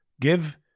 Give